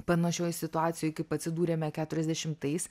panašioj situacijoj kaip atsidūrėme keturiasdešimtais